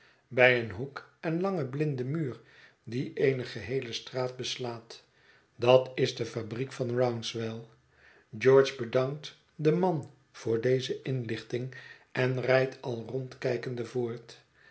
bij een hoek en langen blinden muur die eene geheele straat beslaat dat is de fabriek van rouncewell george bedankt den man voor deze inlichting en rijdt al rondkijkende voort